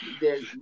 there's-